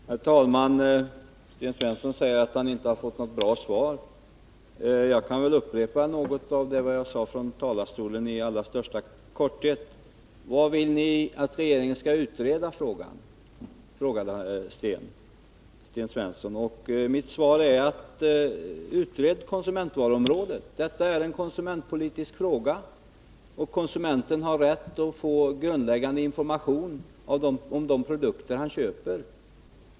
Herr talman! Sten Svensson säger att han inte har fått något bra svar. Jag kan då i allra största korthet upprepa något av vad jag sade från talarstolen. Vad vill ni att regeringen skall utreda? frågade Sten Svensson. Mitt svar är: Utred konsumentvaruområdet. Detta är en konsumentpolitisk fråga. Konsumenten har rätt att få grundläggande information om de produkter han köper.